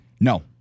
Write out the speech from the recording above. No